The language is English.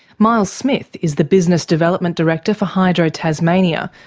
miles smith is the business development director for hydro tasmania,